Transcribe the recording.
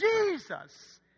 Jesus